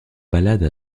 balade